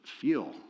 feel